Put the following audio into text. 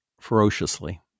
ferociously